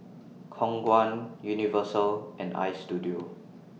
Khong Guan Universal and Istudio